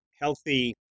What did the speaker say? healthy